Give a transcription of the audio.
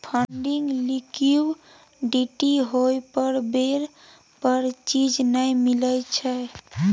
funding liquidity होइ पर बेर पर चीज नइ मिलइ छइ